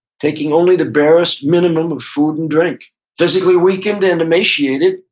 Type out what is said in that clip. taking only the barest minimum food and drink physically weakened and emaciated,